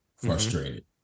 frustrated